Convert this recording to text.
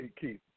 Keith